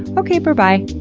okay, berbye!